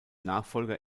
nachfolger